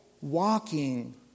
walking